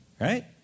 right